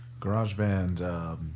GarageBand